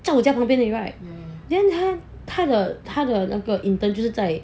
在我家旁边而已 right then 他他的他的那个 intern 就是在